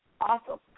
awesome